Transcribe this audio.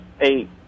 eight